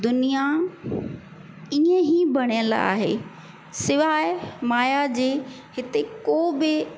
दुनियां इअं ई बणियलु आहे सवाइ माया जे हिते को बि